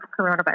coronavirus